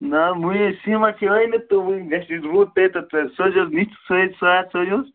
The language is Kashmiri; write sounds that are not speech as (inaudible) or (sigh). نہ وٕنی سیٖمٹ چھِ ٲنِتھ تہٕ وٕنۍ گژھِ یہِ روٗد پے تہٕ سوزِہُس نِچ سۭتۍ (unintelligible)